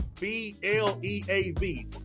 B-L-E-A-V